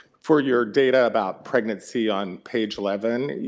for your data about pregnancy on page eleven,